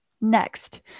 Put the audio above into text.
Next